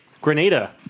Grenada